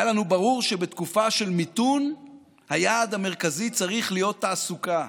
היה לנו ברור שבתקופה של מיתון היעד המרכזי צריך להיות תעסוקה,